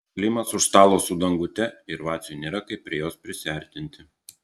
klimas už stalo su dangute ir vaciui nėra kaip prie jos prisiartinti